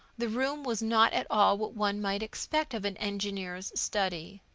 the room was not at all what one might expect of an engineer's study.